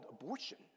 abortion